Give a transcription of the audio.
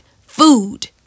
food